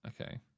Okay